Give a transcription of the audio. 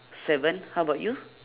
seven how about you